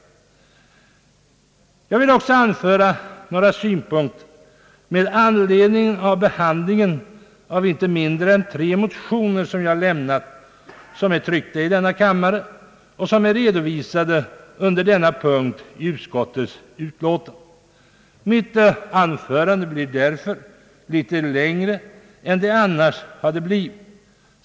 Jag vill också anföra några synpunk ter med anledning av behandlingen av inte mindre än tre motioner som jag har lämnat i denna kammare och som är redovisade under denna punkt i utskottets utlåtande. Mitt anförande blir därför litet längre än det annars hade blivit.